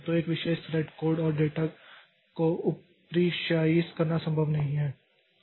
तो एक विशेष थ्रेड कोड और डेटा को उपरिशायी करना संभव नहीं है